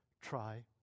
try